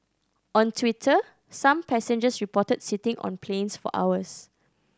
on Twitter some passengers reported sitting on planes for hours